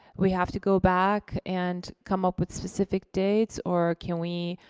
we have to go back and come up with specific dates, or can we,